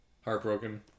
heartbroken